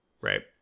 right